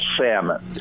salmon